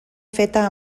feta